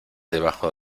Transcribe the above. debajo